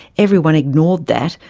everyone ignored that,